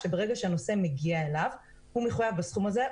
שברגע שהנוסע מגיע אליו הוא מחויב בסכום הזה,